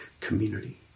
community